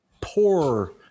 poor –